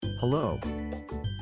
Hello